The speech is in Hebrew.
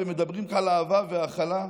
ומדברים על אהבה והכלה,